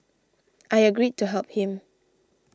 I agreed to help him